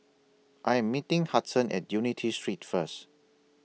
I Am meeting Hudson At Unity Street First